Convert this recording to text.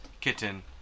kitten